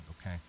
okay